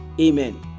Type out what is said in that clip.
Amen